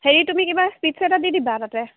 হেৰি তুমি কিবা স্পীচ এটা দি দিবা তাতে